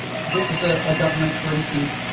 this is a ah government, for instance,